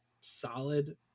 solid